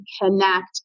connect